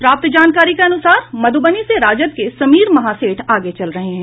प्राप्त जानकरी के अनुसार मधुबनी से राजद के समीर महासेठ आगे चल रहे हैं